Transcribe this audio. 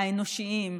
האנושיים.